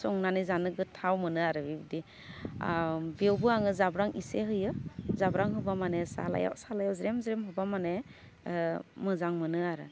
संनानै जानो गोथाव मोनो आरो बेबायदि बेयावबो आङो जाब्रां इसे होयो जाब्रां होबा माने सालायाव सालायाव ज्रेम ज्रेम होबा माने मोजां मोनो आरो